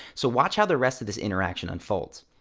so watch how the rest of this interaction unfolds.